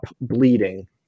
bleeding